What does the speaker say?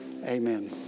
Amen